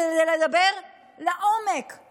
כדי לדבר לעומק על